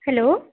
hello